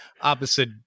opposite